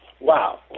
Wow